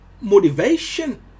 motivation